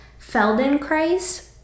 Feldenkrais